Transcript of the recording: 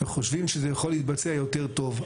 חושבים שזה יכול להתבצע יותר טוב.